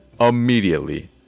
immediately